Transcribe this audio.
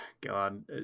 God